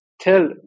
tell